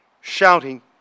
shouting